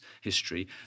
history